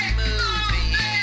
movie